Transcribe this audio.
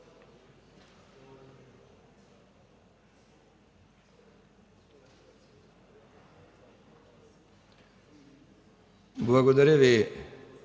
Благодаря Ви,